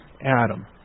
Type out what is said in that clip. Adam